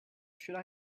should